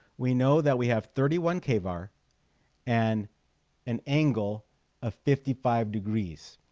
we know that we have thirty one kvar and an angle of fifty five degrees